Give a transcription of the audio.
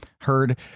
Heard